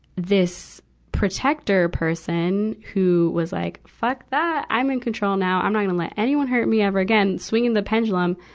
this protector person, who was like, fuck that! i'm in control now. i'm not gonna let anyone hurt me ever again, swinging the pendulum,